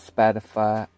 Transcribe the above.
Spotify